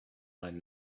mine